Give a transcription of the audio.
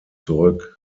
zurück